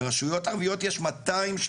יש מאה ששים ושבעה.